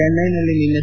ಚೆನ್ನೈನಲ್ಲಿ ನಿನ್ನೆ